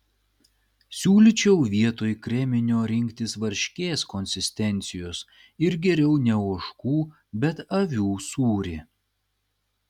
siūlyčiau vietoj kreminio rinktis varškės konsistencijos ir geriau ne ožkų bet avių sūrį